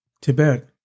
Tibet